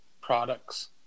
products